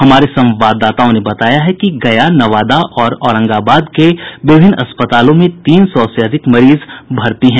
हमारे संवाददाताओं ने बताया है कि गया नवादा और औरंगाबाद के विभिन्न अस्पतालों में तीन सौ से अधिक मरीज भर्ती है